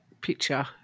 picture